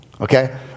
Okay